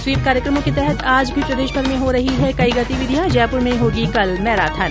SVEEP कार्यक्रमों के तहत आज भी प्रदेशभर में हो रही है कई गतिविधियां जयपुर में होगी कल मैराथन